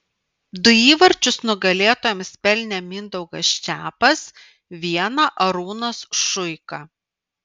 du įvarčius nugalėtojams pelnė mindaugas čepas vieną arūnas šuika